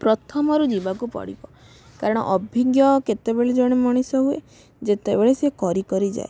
ପ୍ରଥମରୁ ଯିବାକୁ ପଡ଼ିବ କାରଣ ଅଭିଜ୍ଞ କେତେବେଳେ ଜଣେ ମଣିଷ ହୁଏ ଯେତେବେଳେ ସେ କରି କରି ଯାଏ